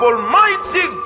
Almighty